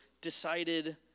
decided